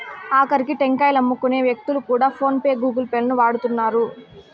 ఆకరికి టెంకాయలమ్ముకునే వ్యక్తులు కూడా ఫోన్ పే గూగుల్ పే లను వాడుతున్నారు